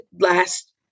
last